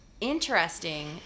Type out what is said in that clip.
Interesting